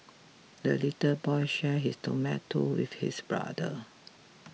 the little boy shared his tomato with his brother